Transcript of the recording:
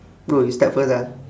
bro you start first ah